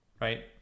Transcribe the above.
right